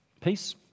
peace